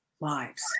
lives